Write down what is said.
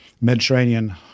Mediterranean